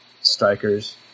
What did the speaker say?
strikers